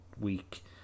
week